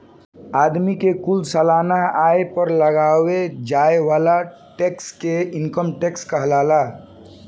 आदमी के कुल सालाना आय पर लगावे जाए वाला टैक्स के इनकम टैक्स कहाला